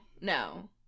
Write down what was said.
No